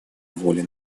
воле